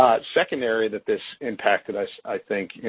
ah second area that this impacted, i so i think,